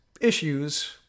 issues